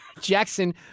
Jackson